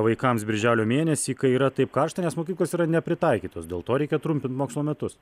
vaikams birželio mėnesį kai yra taip karšta nes mokyklos yra nepritaikytos dėl to reikia trumpint mokslo metus